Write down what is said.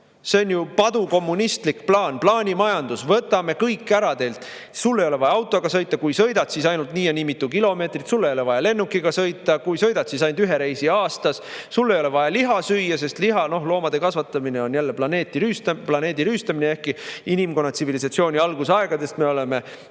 See on ju padukommunistlik plaan, plaanimajandus. Võtame teilt kõik ära! Sul ei ole vaja autoga sõita, kui sõidad, siis ainult nii ja nii mitu kilomeetrit. Sul ei ole vaja lennukiga sõita, kui sõidad, siis [teed] ainult ühe reisi aastas. Sul ei ole vaja liha süüa, sest loomade kasvatamine on planeedi rüüstamine, ehkki me oleme tsivilisatsiooni algusaegadest loomi